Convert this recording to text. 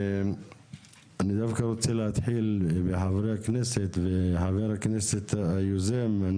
אני דווקא רוצה להתחיל בחברי הכנסת וחבר הכנסת היוזם,